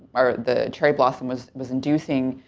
or the cherry blossom, was was inducing.